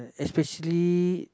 especially